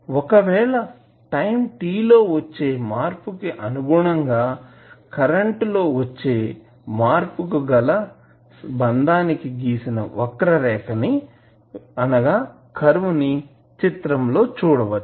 ఒకవేళ time t లో వచ్చేమార్పు కి అనుగుణంగా కరెంట్ లో వచ్చే మార్పు కు గల బంధానికి గీసిన వక్రరేఖ కర్వ్ curve ని చిత్రం లో చూడవచ్చు